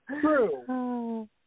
true